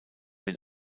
den